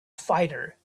fighter